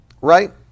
Right